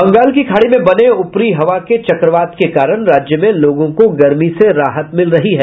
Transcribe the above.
बंगाल की खाड़ी में बने उपरी हवा के चक्रबात के कारण राज्य में लोगों को गर्मी से राहत मिल रही है